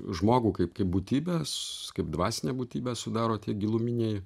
žmogų kaip kaip būtybės kaip dvasinę būtybę sudaro tie giluminiai